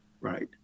right